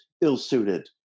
ill-suited